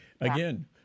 again